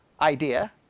idea